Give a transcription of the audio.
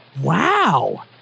Wow